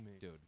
dude